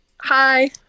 Hi